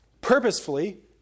purposefully